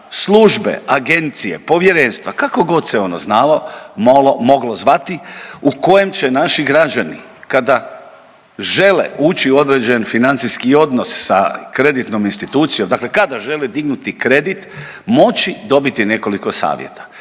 službe, agencije, povjerenstva kakogod se ono moglo zvati u kojem će naši građani kada žele uć u određen financijski odnos sa kreditnom institucijom, dakle kada žele dignuti kredite moći dobiti nekoliko savjeta.